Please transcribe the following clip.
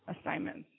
assignments